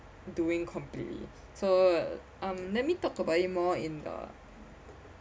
doing completely so um let me talk about it more in uh